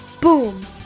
boom